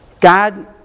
God